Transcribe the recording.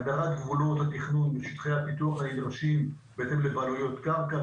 הגדרת גבולות התכנון ושטחי הפיתוח הנדרשים בהתאם לבעלויות קרקע,